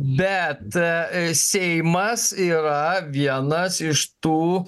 bet seimas yra vienas iš tų